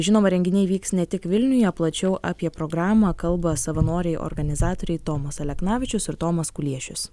žinomą renginiai vyks ne tik vilniuje plačiau apie programą kalba savanoriai organizatoriai tomas aleknavičius ir tomas kuliešius